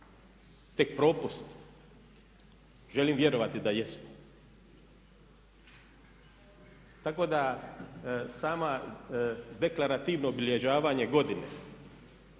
tek propust? Želim vjerovati da jeste. Tako da samo deklarativno obilježavanje godine,